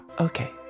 Okay